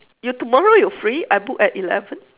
you tomorrow you free I book at eleven